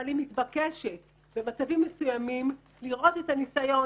אבל היא מבקשת במצבים מסוימים לראות את הניסיון